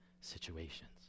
situations